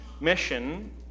mission